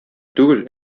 түгел